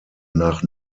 nach